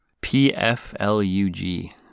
P-F-L-U-G